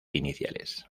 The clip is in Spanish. iniciales